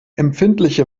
empfindliche